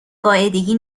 قاعدگی